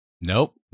nope